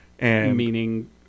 Meaning